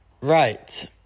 Right